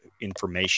information